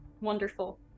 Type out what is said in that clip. Wonderful